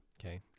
Okay